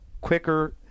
quicker